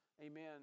amen